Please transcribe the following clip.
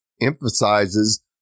emphasizes